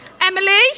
Emily